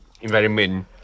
Environment